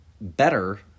better